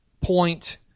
point